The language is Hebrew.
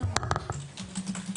בבקשה.